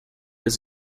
his